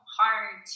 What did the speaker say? hard